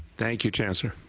thank you, chancellor.